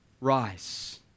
rise